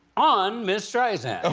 on miss streisand